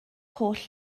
holl